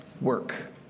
work